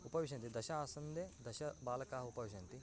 उपविशन्ति दश आसन्दे दश बालकाः उपविशन्ति